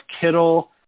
Kittle